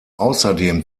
außerdem